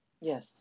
Yes